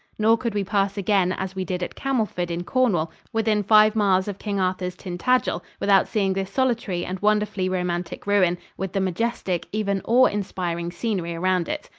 nor could we pass again as we did at camelford in cornwall within five miles of king arthur's tintagel without seeing this solitary and wonderfully romantic ruin, with the majestic even awe-inspiring scenery around it.